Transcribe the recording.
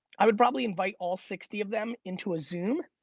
i would probably invite all sixty of them into a zoom